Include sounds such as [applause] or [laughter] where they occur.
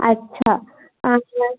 আচ্ছা [unintelligible]